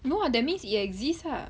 you know what that means it exist lah